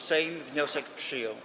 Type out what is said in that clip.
Sejm wniosek przyjął.